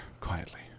quietly